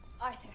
Arthur